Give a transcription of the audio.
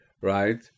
Right